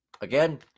Again